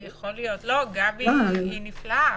מוזר.